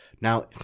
Now